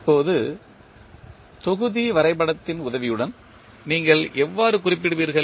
இப்போது தொகுதி வரைபடத்தின் உதவியுடன் நீங்கள் எவ்வாறு குறிப்பிடுவீர்கள்